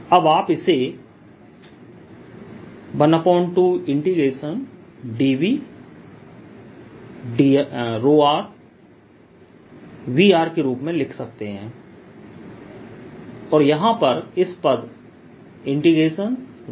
अब आप इसे 12∬dV V के रूप में लिख सकते हैं और यहां पर इस पद ∬ρr